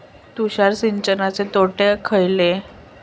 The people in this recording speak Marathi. तुषार सिंचनाचे तोटे खयले?